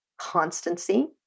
constancy